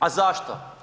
A zašto?